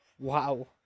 Wow